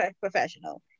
professional